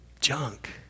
junk